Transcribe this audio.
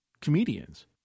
comedians